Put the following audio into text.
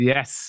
Yes